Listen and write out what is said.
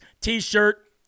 T-shirt